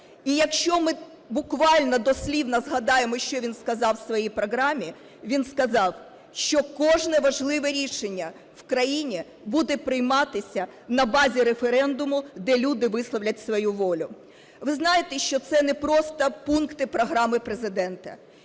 І, якщо ми буквально дослівно згадаємо, що він сказав в своїй програмі, він сказав, що кожне важливе рішення в країні буде прийматися на базі референдуму, де люди висловлять свою волю. Ви знаєте, що це не просто пункти програми Президента.